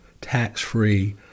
tax-free